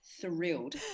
Thrilled